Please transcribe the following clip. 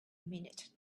minute